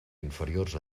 inferiors